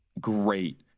great